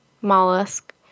mollusk